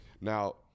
Now